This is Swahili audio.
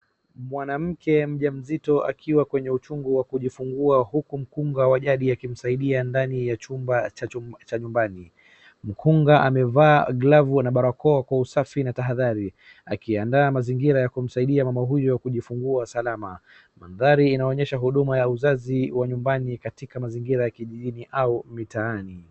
Mwanamke majammzito akiwa kwenye uchungu wa kujifungua huku mkunga wa jadi akimsaidia ndani ya chumba cha nyumbani. Mkunga amevaa glavu na barakoa kwa usafi na tahdhari akiandaa mazingira ya kumsaidia mama huyo kujifungua salama. Mandhari inaonyesha huduma ya uzazi wa nyumbani katika mazingira ya kijijini au mtaani.